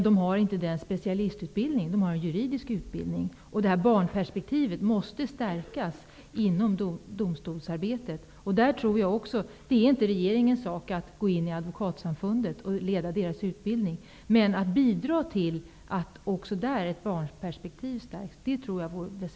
De har inte denna specialistutbildning. De har en juridisk utbildning. Barnperspektivet måste stärkas inom domstolsarbetet. Det är inte regeringens sak att gå in i Advokatsamfundet och leda dess utbildning. Men det vore väsentligt om regeringen kunde bidra till att barnperspektivet stärks även där.